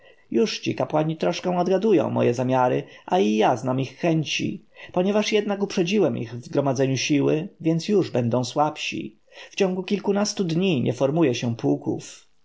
jużci arcykapłani troszkę odgadują moje zamiary a i ja znam ich chęci ponieważ jednak uprzedziłem ich w gromadzeniu sił więc już będą słabsi w ciągu kilkunastu dni nie formuje się pułków